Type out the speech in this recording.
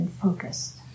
focused